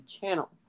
channel